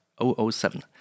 007